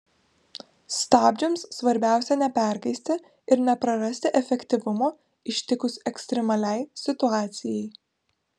stabdžiams svarbiausia neperkaisti ir neprarasti efektyvumo ištikus ekstremaliai situacijai